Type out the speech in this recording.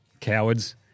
cowards